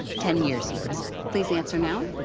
ten years in prison, please answer now.